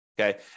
Okay